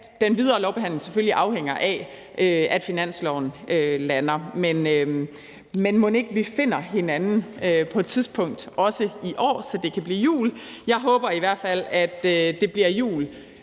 den videre lovbehandling selvfølgelig afhænger af, at finansloven lander. Men mon ikke, vi finder hinanden på et tidspunkt, og også gør det i år, så det kan blive jul? Jeg håber i hvert fald, at det bliver jul